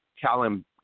callum